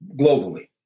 globally